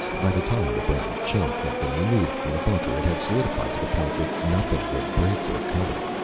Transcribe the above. by the time the brown chunk had been removed from the bunker it had solidified to the point that nothing would break or cut it.